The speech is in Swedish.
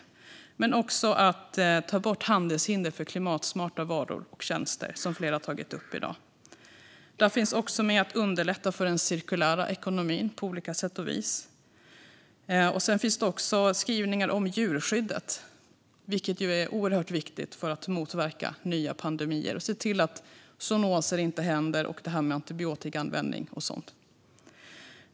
Det ingår också att ta bort handelshinder för klimatsmarta varor och tjänster, vilket flera har tagit upp i dag. Det handlar även om att underlätta för den cirkulära ekonomin på olika sätt. Dessutom finns det skrivningar om djurskyddet, vilket är oerhört viktigt för att motverka nya pandemier och se till att zoonoser inte händer samt när det gäller antibiotikaanvändning.